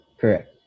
Correct